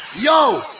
Yo